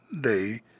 day